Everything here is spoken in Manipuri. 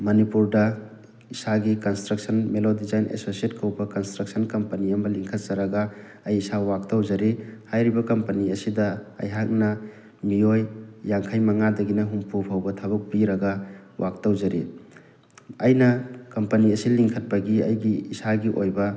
ꯃꯅꯤꯄꯨꯔꯗ ꯏꯁꯥꯒꯤ ꯀꯟꯁꯇ꯭ꯔꯛꯁꯟ ꯃꯦꯂꯣ ꯗꯤꯖꯥꯏꯟ ꯑꯦꯁꯣꯁꯤꯌꯦꯠ ꯀꯧꯕ ꯀꯟꯁꯇ꯭ꯔꯛꯁꯟ ꯀꯝꯄꯅꯤ ꯑꯃ ꯂꯤꯡꯈꯠꯆꯔꯒ ꯑꯩ ꯏꯁꯥ ꯋꯥꯛ ꯇꯧꯖꯔꯤ ꯍꯥꯏꯔꯤꯕ ꯀꯝꯄꯅꯤ ꯑꯁꯤꯗ ꯑꯩꯍꯥꯛꯅ ꯃꯤꯑꯣꯏ ꯌꯥꯡꯈꯩ ꯃꯉꯥꯗꯒꯤꯅ ꯍꯨꯝꯐꯨ ꯐꯥꯎꯕ ꯊꯕꯛ ꯄꯤꯔꯒ ꯋꯥꯛ ꯇꯧꯖꯔꯤ ꯑꯩꯅ ꯀꯝꯄꯅꯤ ꯑꯁꯤ ꯂꯤꯡꯈꯠꯄꯒꯤ ꯑꯩꯒꯤ ꯏꯁꯥꯒꯤ ꯑꯣꯏꯕ